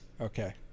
Okay